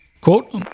Quote